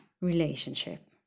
relationship